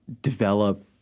develop